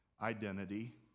identity